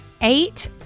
Eight